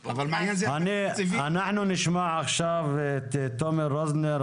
אנחנו נשמע עכשיו את תומר רוזנר,